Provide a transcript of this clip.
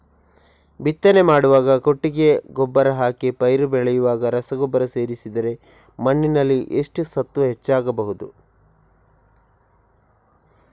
ಬಿತ್ತನೆ ಮಾಡುವಾಗ ಕೊಟ್ಟಿಗೆ ಗೊಬ್ಬರ ಹಾಕಿ ಪೈರು ಬೆಳೆಯುವಾಗ ರಸಗೊಬ್ಬರ ಸೇರಿಸಿದರೆ ಮಣ್ಣಿನಲ್ಲಿ ಎಷ್ಟು ಸತ್ವ ಹೆಚ್ಚಬಹುದು?